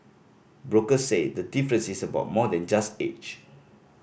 brokers say the difference is about more than just age